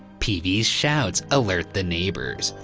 peavey's shouts alert the neighbors,